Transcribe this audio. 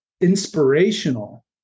inspirational